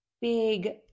big